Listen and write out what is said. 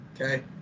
okay